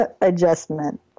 adjustment